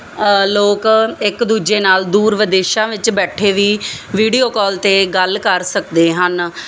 ਲੋਕ ਇੱਕ ਦੂਜੇ ਨਾਲ ਦੂਰ ਵਿਦੇਸ਼ਾਂ ਵਿੱਚ ਬੈਠੇ ਵੀ ਵੀਡੀਓ ਕਾਲ 'ਤੇ ਗੱਲ ਕਰ ਸਕਦੇ ਹਨ